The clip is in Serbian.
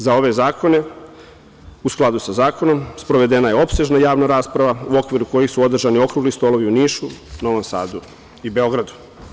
Za ove zakone, u skladu sa zakonom sprovedena je opsežna javna rasprava, u okviru koje su održani okrugli stolovi u Nišu, Novom Sadu i Beogradu.